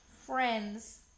friends